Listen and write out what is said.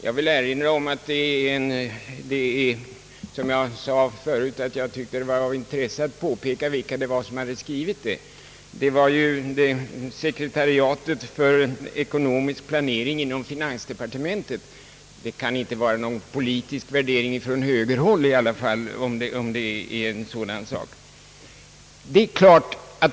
Det kan vara av intresse — som jag sade förut — att påpeka vilka som har gjort detta uttalande. Uttalandet har gjorts av sekretariatet för ekonomisk planering inom finansdepartementet. Det kan således här inte vara fråga om någon politisk värdering, i varje fall inte från högerhåll.